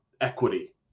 equity